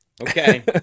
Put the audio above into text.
Okay